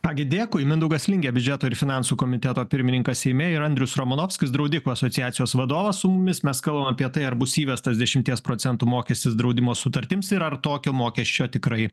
ką gi dėkui mindaugas lingė biudžeto ir finansų komiteto pirmininkas seime ir andrius romanovskis draudikų asociacijos vadovas su mumis mes kalbam apie tai ar bus įvestas dešimties procentų mokestis draudimo sutartims ir ar tokio mokesčio tikrai